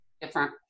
different